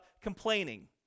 complaining